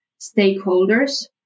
stakeholders